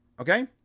okay